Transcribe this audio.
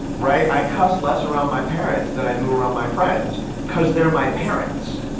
right? i cuss less around my parents than i do around my friends cause they're my parents,